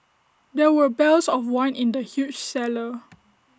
there were barrels of wine in the huge cellar